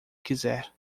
quiser